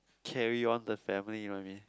carry on the family you know what I mean